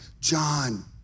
John